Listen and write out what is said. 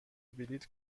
بلیط